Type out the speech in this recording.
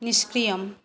निष्क्रियम्